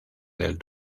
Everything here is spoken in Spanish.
del